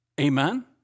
Amen